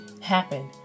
happen